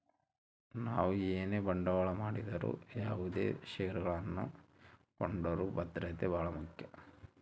ನಾವು ಏನೇ ಬಂಡವಾಳ ಮಾಡಿದರು ಯಾವುದೇ ಷೇರನ್ನು ಕೊಂಡರೂ ಭದ್ರತೆ ಬಹಳ ಮುಖ್ಯ